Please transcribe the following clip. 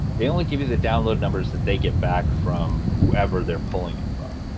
they only give you the download numbers that they get back from whoever they're pulling it from.